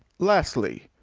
lastly,